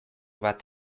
bat